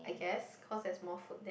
I guess cause there's more food there